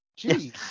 jeez